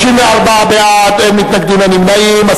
34 בעד, אין מתנגדים, אין נמנעים.